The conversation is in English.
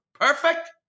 perfect